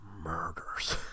murders